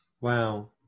Wow